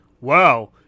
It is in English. Wow